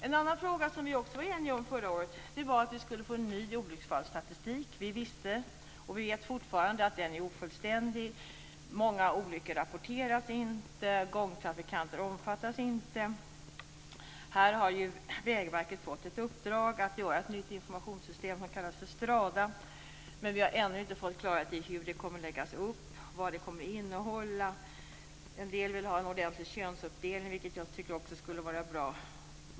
En annan fråga som vi också var eniga om förra året var att vi skulle få en ny olycksfallsstatistik. Vi visste och vet fortfarande att den är ofullständig. Många olyckor rapporteras inte. Gångtrafikanter omfattas inte. Här har Vägverket fått i uppdrag att skapa ett nytt informationssystem som kallas för STRADA, men vi har ännu inte fått klarhet i hur det kommer att läggas upp och vad det kommer att innehålla. En del vill ha en ordentlig könsuppdelning, vilket jag också tycker skulle vara bra.